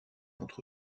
entre